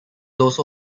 also